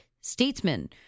Statesman